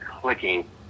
clicking